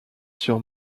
sur